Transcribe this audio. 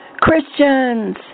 Christians